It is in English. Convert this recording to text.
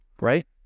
right